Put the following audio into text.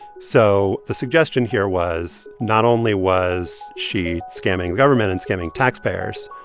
so the suggestion here was not only was she scamming the government and scamming taxpayers,